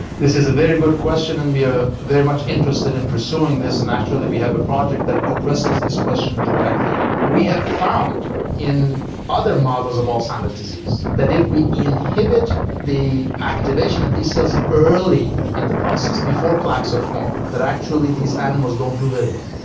this is a very good question and we are ah very much interested in pursuing this, and actually we have a project that addresses this question directly. we have found in other models of alzheimer's disease that if we inhibit the activation of these cells early in the process, before plaques are formed, that actually these animals don't do very well,